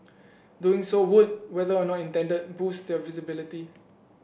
doing so would whether or not intended boost their visibility